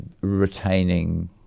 retaining